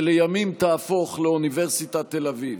שלימים תהפוך לאוניברסיטת תל אביב.